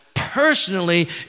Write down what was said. Personally